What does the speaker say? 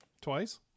Twice